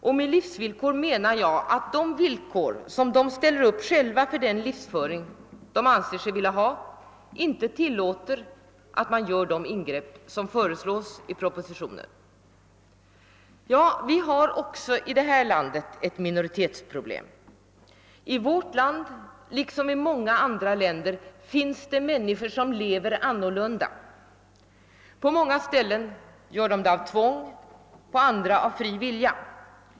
Och med livsvillkor menar jag att de villkor, som de själva ställer upp för den livsföring som de önskar, icke tillåter att man gör de ingrepp som föreslås i propositionen. Vi har, herr talman, också i detta land ett minoritetsproblem. I vårt land liksom i många andra länder finns det människor som lever annorlunda. På många ställen gör de det av tvång, på andra av fri vilja.